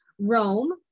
rome